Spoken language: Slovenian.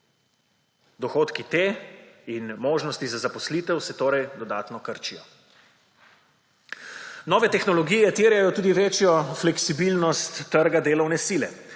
Dohodki te in možnosti za zaposlitev se torej dodatno krčijo. Nove tehnologije terjajo tudi večjo fleksibilnost trga delovne sile.